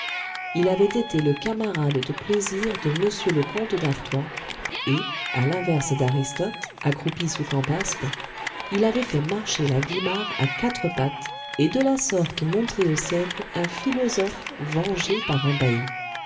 il avait été le camarade de plaisir de m le comte d'artois et à l'inverse d'aristote accroupi sous campaspe il avait fait marcher la guimard à quatre pattes et de la sorte montré aux siècles un philosophe vengé par un bailli